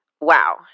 wow